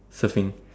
surfing